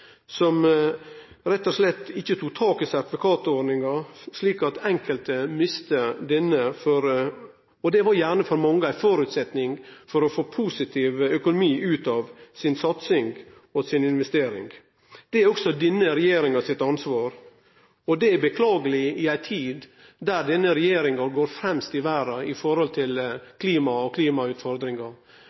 som rett og slett ikkje tok tak i sertifikatordninga, slik at enkelte mister denne. For mange var det ein føresetnad for å få positiv økonomi ut av satsing og investering. Det er også denne regjeringa sitt ansvar, og det er beklageleg i ei tid då denne regjeringa går fremst i verda i forhold til klima og